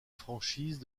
franchise